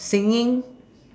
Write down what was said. singing